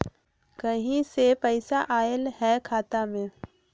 कहीं से पैसा आएल हैं खाता में?